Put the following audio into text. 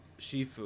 Shifu